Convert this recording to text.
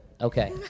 Okay